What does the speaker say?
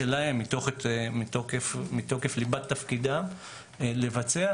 מתוקף ליבת תפקידם לבצע.